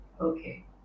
Okay